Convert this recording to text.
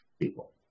people